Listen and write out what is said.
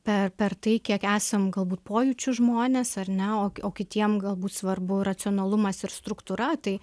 per per tai kiek esam galbūt pojūčių žmonės ar ne o o kitiem galbūt svarbu racionalumas ir struktūra tai